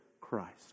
Christ